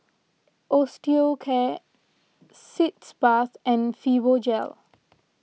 Osteocare Sitz Bath and Fibogel